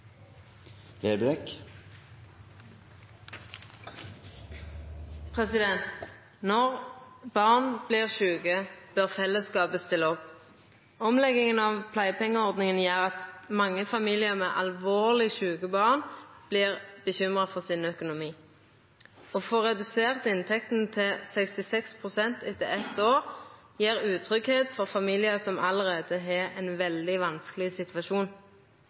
Når barn vert sjuke, bør fellesskapet stilla opp. Omlegginga av pleiepengeordninga gjer at mange familiar med alvorleg sjuke born vert bekymra for økonomien sin. Å få redusert inntekta til 66 pst. etter eitt år gjev utryggleik for familiar som allereie har ein veldig vanskeleg situasjon.